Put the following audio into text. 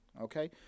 Okay